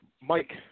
Mike